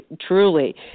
truly